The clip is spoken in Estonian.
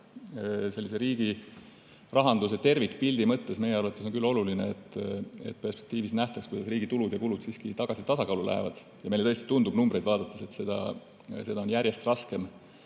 vähemalt riigi rahanduse tervikpildi mõttes on meie arvates küll oluline, et perspektiivis nähtaks, kuidas riigi tulud ja kulud siiski tagasi tasakaalu lähevad. Meile tõesti tundub numbreid vaadates, et tulevikus on seda järjest raskem